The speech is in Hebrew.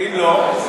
ואם לא?